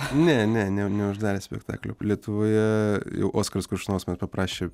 ne ne ne neuždarė spektaklio lietuvoje jau oskaras koršunovas manęs paprašė